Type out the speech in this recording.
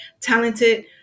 talented